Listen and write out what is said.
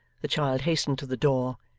the child hastened to the door,